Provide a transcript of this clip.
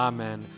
Amen